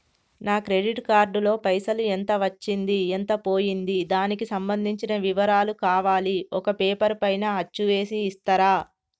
నా credit card లో పైసలు ఎంత వచ్చింది ఎంత పోయింది దానికి సంబంధించిన వివరాలు కావాలి ఒక పేపర్ పైన అచ్చు చేసి ఇస్తరా?